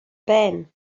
ben